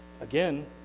Again